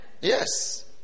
Yes